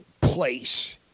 place